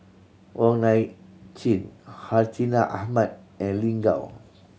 Wong Nai Chin Hartinah Ahmad and Lin Gao